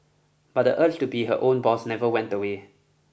but the urge to be her own boss never went away